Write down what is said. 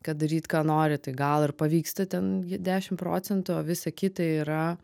kad daryt ką nori tai gal ir pavyksta ten dešim procentų o visa kita yra